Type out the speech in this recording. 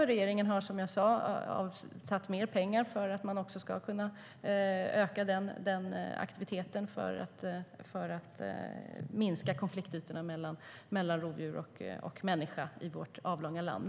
Och regeringen har, som jag sade, avsatt mer pengar för att kunna minska konfliktytorna mellan rovdjur och människa i vårt avlånga land.